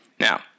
Now